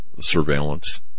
surveillance